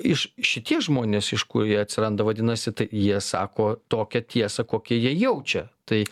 iš šitie žmonės iš kur jie atsiranda vadinasi tai jie sako tokią tiesą kokią jie jaučia tai